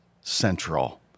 central